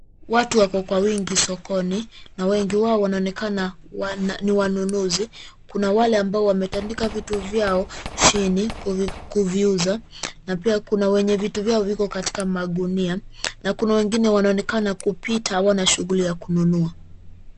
Watu wako kwa wingi sokoni na wengi wao wanaonekana ni wanunuzi. Kuna wale ambao wametandika vitu vyao chini kuviuza na pia kuna wenye vitu vyao viko katika magunia na kuna wengine wanaonekana kupita hawana shughuli ya kununua.